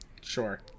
Sure